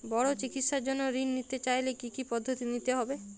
বড় চিকিৎসার জন্য ঋণ নিতে চাইলে কী কী পদ্ধতি নিতে হয়?